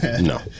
No